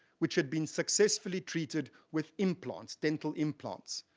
which had been successfully treated with implants dental implants.